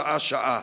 שעה-שעה.